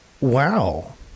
wow